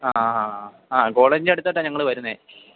ആ ആ കോളേജിൻ്റ അടുത്തായിട്ടാണ് ഞങ്ങൾ വരുന്നത്